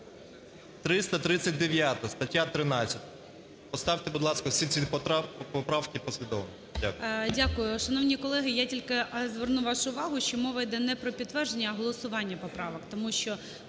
– стаття 13. Поставте, будь ласка, всі ці поправки послідовно. Дякую.